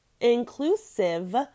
inclusive